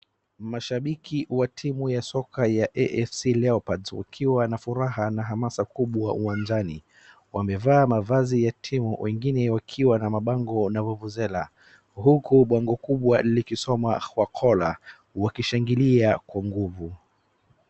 Mashabiki wa timu ya soko ya AFC Leopards wakiwa na furaha na hamasa kubwa uwanjani. Wamevaa mavazi ya timu wengine wakiwa na mabango na vuvuzela. Huku bango kubwa likisoma khwakhola wakishangilia kwa nguvu.